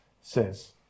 says